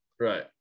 right